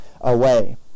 away